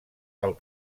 pel